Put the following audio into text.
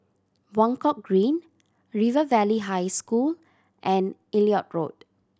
Buangkok Green River Valley High School and Elliot Road